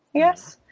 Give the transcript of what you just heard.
yes!